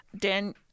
Dan